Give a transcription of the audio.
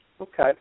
Okay